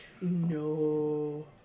no